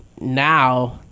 now